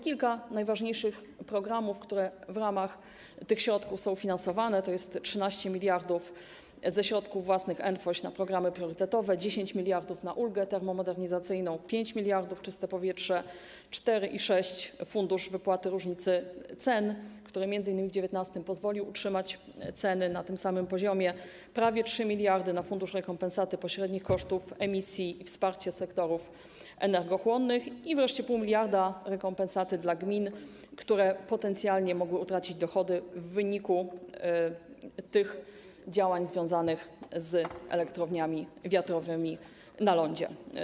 Kilka najważniejszych programów, które w ramach tych środków są finansowane, to jest 13 mld zł ze środków własnych NFOŚ na programy priorytetowe, 10 mld na ulgę termomodernizacyjną, 5 mld - „Czyste powietrze”, 4,6 mld - Fundusz Wypłaty Różnicy Ceny, który m.in. w 2019 r. pozwolił utrzymać ceny na tym samym poziomie, prawie 3 mld na Fundusz Rekompensat Pośrednich Kosztów Emisji i wsparcie sektorów energochłonnych, i wreszcie 0,5 mld rekompensaty dla gmin, które potencjalnie mogły utracić dochody w wyniku tych działań związanych z elektrowniami wiatrowymi na lądzie.